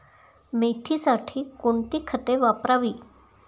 मेथीसाठी कोणती खते वापरावी?